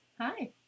Hi